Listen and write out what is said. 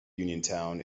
uniontown